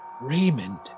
Raymond